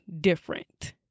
different